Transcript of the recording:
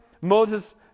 Moses